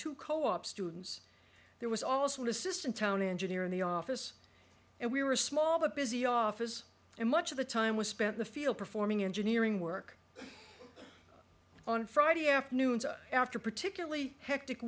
two co op students there was also an assistant town engineer in the office and we were small the busy office and much of the time was spent the field performing engineering work on friday afternoons after a particularly hectic